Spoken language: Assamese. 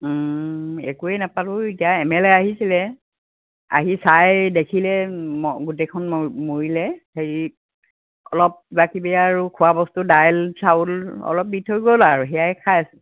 একোৱে নাপালোঁ এতিয়া এম এল এ আহিছিলে আহি চাই দেখিলে ম গোটেইখন ম মৰিলে হেৰিত অলপ কিবা কিবি আৰু খোৱা বস্তু দাইল চাউল অলপ দি থৈ গ'ল আৰু সেইয়াই খাই আছোঁ